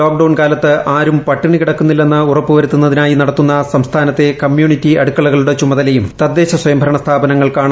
lockdown കാലത്ത് ആരും പട്ടിണി കിടക്കുന്നില്ലെന്ന് ഉറപ്പുവരുത്തുന്നതിനായി നടത്തുന്ന സംസ്ഥാനത്തെ കമ്മ്യൂണിറ്റി അടുക്കളകളുടെ ചുമതലയും തദ്ദേശസ്വയംഭരണ സ്ഥാപനങ്ങൾക്കാണ്